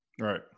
Right